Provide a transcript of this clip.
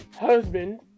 husband